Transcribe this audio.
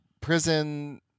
prison